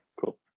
cool